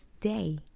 day